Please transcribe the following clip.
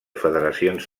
federacions